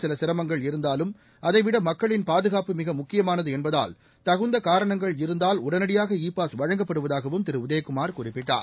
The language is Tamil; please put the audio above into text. சிலசிரமங்கள் இருந்தாலும் அதைவிடமக்களின் இ பாஸ் முறையில் பாகுகாப்பு மிகமுக்கியமானதுஎன்பதால் தகுந்தகாரணங்கள் இருந்தால் உடனடியாக இ பாஸ் வழங்கப்படுவதாகவும் திருஉதயகுமார் குறிப்பிட்டார்